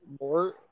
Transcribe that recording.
more